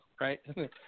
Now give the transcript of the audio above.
right